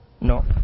No